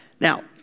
Now